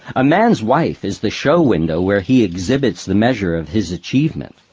a man's wife is the show window where he exhibits the measure of his achievement.